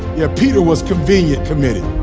yeah peter was convenient committed.